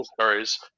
stories